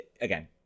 again